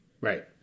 Right